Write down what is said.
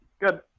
Good